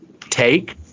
take